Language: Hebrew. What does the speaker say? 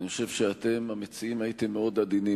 אני חושב שאתם המציעים הייתם מאוד עדינים.